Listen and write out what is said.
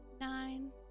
nine